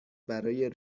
برای